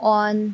on